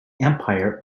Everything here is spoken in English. empire